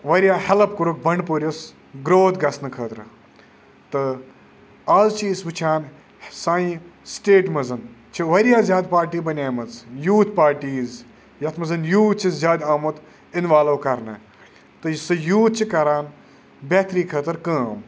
واریاہ ہیٚلٕپ کوٚرُکھ بنٛڈٕپوٗرِس گرٛوتھ گژھنہٕ خٲطرٕ تہٕ آز چھِ أسۍ وُچھان سانہِ سٹیٹہِ منٛز چھِ واریاہ زیادٕ پارٹی بَنیٛامٕژ یوٗتھ پارٹیٖز یَتھ منٛز یوٗتھ چھُ زیادٕ آمُت اِنوالو کَرنہٕ تہٕ یہِ سُہ یوٗتھ چھُ کَران بہتری خٲطٕر کٲم